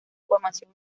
formación